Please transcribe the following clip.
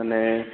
હ